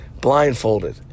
blindfolded